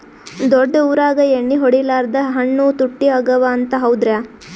ದೊಡ್ಡ ಊರಾಗ ಎಣ್ಣಿ ಹೊಡಿಲಾರ್ದ ಹಣ್ಣು ತುಟ್ಟಿ ಅಗವ ಅಂತ, ಹೌದ್ರ್ಯಾ?